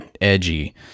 edgy